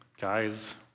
Guys